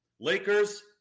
Lakers